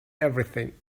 everything